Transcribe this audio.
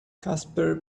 casper